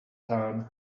town